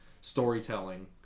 storytelling